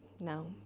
No